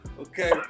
Okay